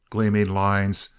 gleaming lines,